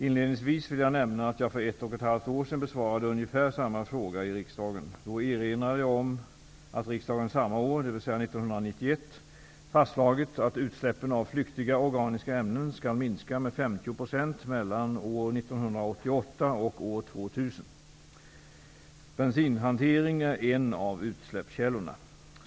Inledningsvis vill jag nämna att jag för ett och ett halvt år sedan besvarade ungefär samma fråga i riksdagen. Då erinrade jag om att riksdagen samma år, dvs. 1991, fastslagit att utsläppen av flyktiga organiska ämnen skall minska med 50 % mellan år 1988 och år 2000. Bensinhantering är en av utsläppskällorna.